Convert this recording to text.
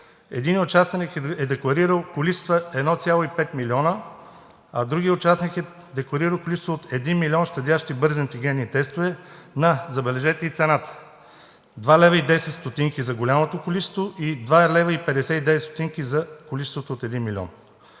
един участник е декларирал количества от 1,5 милиона, а другият участник е декларирал количество от 1 милион щадящи бързи ангиненни тестове на – забележете и цената – 2,10 лв. за голямото количество и 2,59 лв. за количеството от 1 милион.